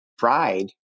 pride